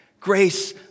Grace